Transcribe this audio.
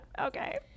okay